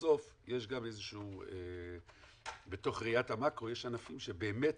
בסוף יש גם בתוך ראיית המקרו יש ענפים שבאמת,